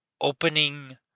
opening